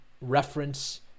reference